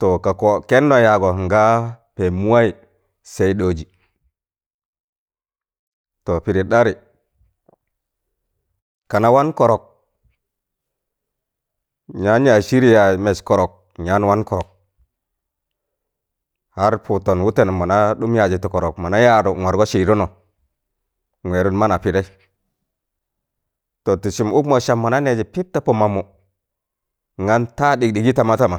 to kako kenno yaagọ nga pẹẹm mụwai sai ɗooji. To pịdị ɗarị kana wan kọrọk nyaan yaz siri yaaz mẹs kọrọk nyaan wan kọrọk har pụudton wutenum mọna ɗụm yaazi ti korok mona yaadu nwargọ sịịdụnọ nwẹẹdụn mana pidei to ti sụm ụkmọ sam mona neeji pịp ta pọ mamụ ngan taa ɗịgɗịgị tama tama